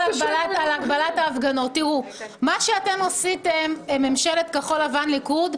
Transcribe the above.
מה שעשיתם, ממשלת כחול לבן-ליכוד,